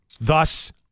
Thus